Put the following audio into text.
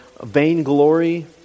vainglory